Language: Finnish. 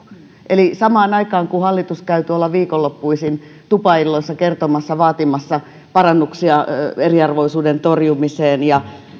eli samaan aikaan kun hallitus käy viikonloppuisin tuolla tupailloissa kertomassa vaatimassa parannuksia eriarvoisuuden torjumiseen ja